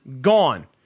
Gone